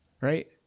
right